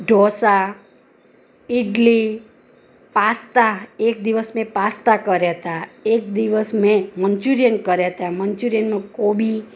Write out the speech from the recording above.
dosa idli pasta એક દિવસ મેં પાસ્તા કર્યા હતા એક દિવસ મેં મન્ચુરિયન કર્યા હતા મન્ચુરિયનનું કોબી